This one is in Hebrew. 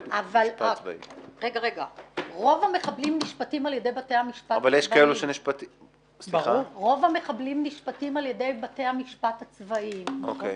אבל רוב המחבלים נשפטים על ידי בתי המשפט הצבאיים.